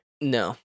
No